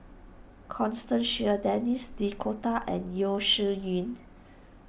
Constance Sheares Denis D'Cotta and Yeo Shih Yun